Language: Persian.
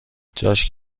جاش